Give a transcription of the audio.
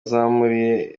yamuriye